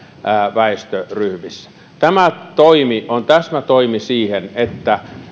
väestöryhmissä tämä toimi on täsmätoimi siihen että